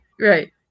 right